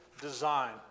design